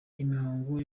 imihango